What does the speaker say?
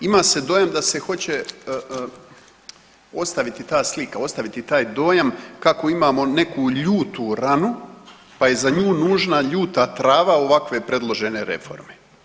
Ima se dojam da se hoće ostaviti ta slika, ostaviti taj dojam kako imamo neku ljutu ranu pa je za nju nužna ljuta trava ovakve predložene reforme.